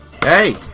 Hey